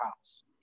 house